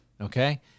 Okay